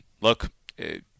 look